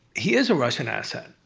he is a russian asset.